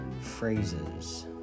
Phrases